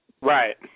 Right